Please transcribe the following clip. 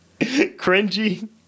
Cringy